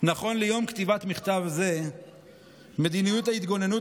"נכון ליום כתיבת מכתב זה מדיניות ההתגוננות